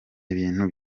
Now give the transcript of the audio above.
bintu